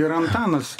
ir antanas